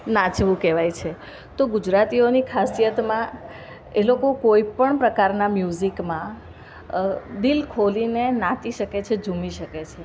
નાચવું કહેવાય છે તો ગુજરાતીઓની ખાસિયતમાં એ લોકો કોઈપણ પ્રકારના મ્યુઝિકમાં દિલ ખોલીને નાચી શકે છે જુમી શકે છે